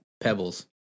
pebbles